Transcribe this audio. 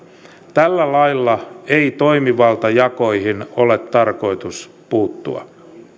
tällä lailla ei toimivaltajakoihin ole tarkoitus puuttua